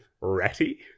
Ratty